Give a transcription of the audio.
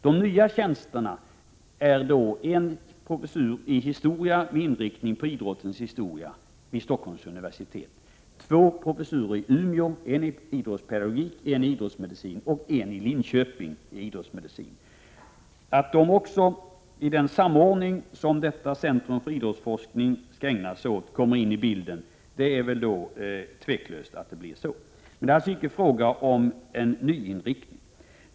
De nya tjänsterna är en professur i historia med inriktning på idrottens historia vid Stockholms universitet, två professurer i Umeå, en i idrottspedagogik och en i idrottsmedicin och en i Linköping i idrottsmedicin. Det är inget tvivel om att dessa kommer in i bilden vid den samordning som detta centrum för idrottsforskning skall svara för. Men det är inte fråga om någon ny inriktning.